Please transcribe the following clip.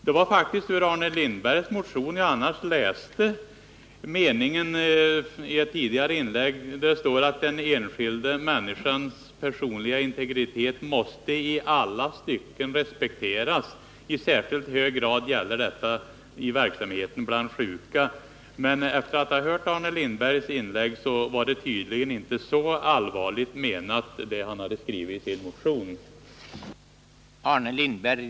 Det var faktiskt ur Arne Lindbergs motion som jag i ett tidigare inlägg läste upp de meningar där det heter: ”Den enskilda människans personliga integritet måste i alla stycken respekteras. I särskild hög grad gäller detta i verksamheten bland sjuka.” Men efter att ha hört Arne Lindbergs inlägg förstår jag att det han skrivit i sin motion inte var så allvarligt menat.